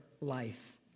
life